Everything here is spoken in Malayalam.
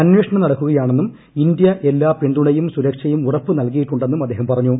അന്വേഷണം നടക്കുകയാണെന്നും ഇന്ത്യ എല്ലാ പിന്തുണയും സുരക്ഷയും ഉറപ്പ് നൽകിയിട്ടുണ്ടെന്നും അദ്ദേഹം പറഞ്ഞു